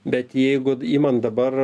bet jeigu iman dabar